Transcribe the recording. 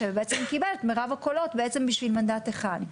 וקיבל את מירב הקולות רק בשביל מנדט אחד.